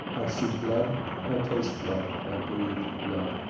i see blood i taste blood i breathe blood!